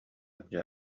дьэ